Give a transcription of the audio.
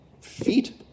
feet